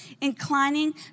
Inclining